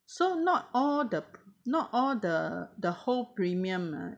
so not all the not all the the whole premium ah